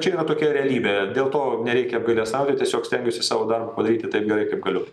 čia yra tokia realybė dėl to nereikia apgailestauti tiesiog stengiuosi savo darbą padaryti taip gerai kaip galiu